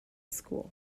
school